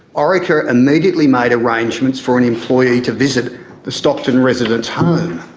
orica immediately made arrangements for an employee to visit the stockton resident's home.